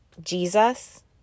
Jesus